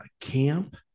camp